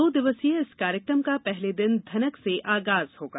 दो दिवसीय इस कार्यक्रम का पहले दिन धनक से आगाज होगा